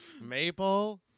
Maple